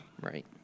Right